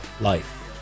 life